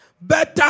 Better